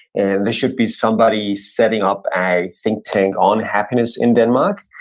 and there should be somebody setting up a think tank on happiness in denmark.